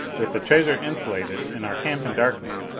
with the treasure insulated, and our camp in darkness,